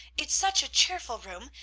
it's such a cheerful room,